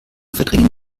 verdrängen